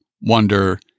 wonder